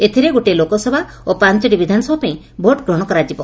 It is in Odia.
ଏଥିରେ ଗୋଟିଏ ଲୋକସଭା ଓ ପାଞୋଟି ବିଧାନସଭା ପାଇଁ ଭୋଟଗ୍ରହଣ କରାଯିବ